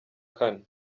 kane